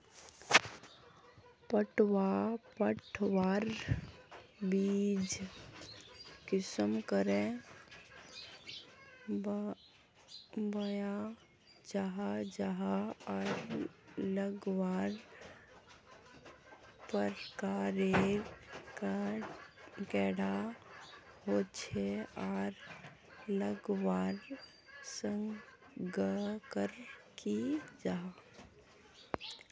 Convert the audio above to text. पटवा पटवार बीज कुंसम करे बोया जाहा जाहा आर लगवार प्रकारेर कैडा होचे आर लगवार संगकर की जाहा?